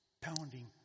pounding